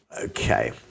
Okay